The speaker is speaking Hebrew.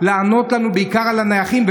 לשר לענות לנו בעיקר על הנייחים,